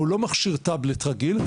לא מכשיר טאבלט רגיל,